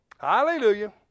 Hallelujah